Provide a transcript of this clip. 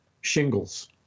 shingles